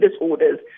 disorders